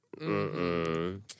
Mm-mm